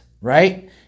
right